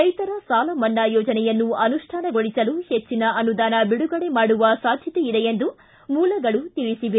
ರೈತರ ಸಾಲ ಮನ್ನಾ ಯೋಜನೆಯನ್ನು ಅನುಷ್ಠಾನಗೊಳಿಸಲು ಹೆಚ್ಚಿನ ಅನುದಾನ ಬಿಡುಗಡೆ ಮಾಡುವ ಸಾಧ್ಯತೆ ಇದೆ ಎಂದು ಮೂಲಗಳು ತಿಳಿಸವೆ